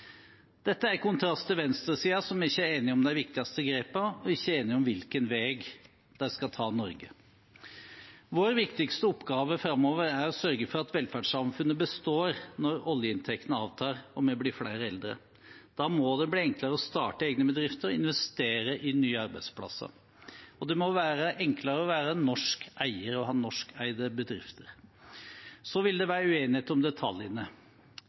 Dette er i kontrast til venstresiden, som ikke er enige om de viktigste grepene og ikke er enige om hvilken vei de skal ta Norge. Vår viktigste oppgave framover er å sørge for at velferdssamfunnet består når oljeinntektene avtar og vi blir flere eldre. Da må det bli enklere å starte egne bedrifter og investere i nye arbeidsplasser. Det må også være enklere å være en norsk eier og ha norskeide bedrifter. Så vil det være uenighet om detaljene.